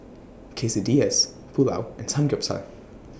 Quesadillas Pulao and Samgeyopsal